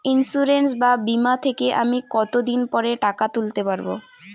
Insurance বা বিমা থেকে আমি কত দিন পরে টাকা তুলতে পারব?